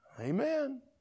Amen